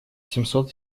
семьсот